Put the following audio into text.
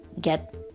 get